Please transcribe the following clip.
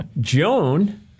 Joan